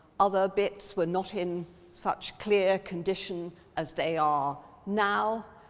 other bits were not in such clear condition as they are now,